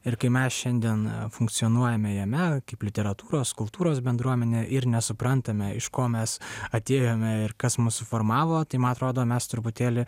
ir kai mes šiandien funkcionuojame jame kaip literatūros kultūros bendruomenė ir nesuprantame iš ko mes atėjome ir kas mus suformavo tai man atrodo mes truputėlį